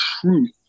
truth